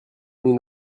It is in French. nous